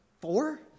Four